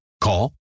Call